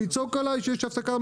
לצעוק עלי שיש הפסקה,